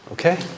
Okay